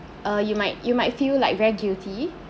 uh you might you might feel like very guilty